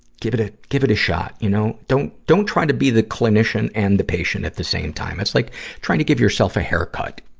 give it a, give it a shot, you know. don't, don't try to be the clinician and the patient at the same time. it's like trying to give yourself a haircut,